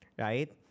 right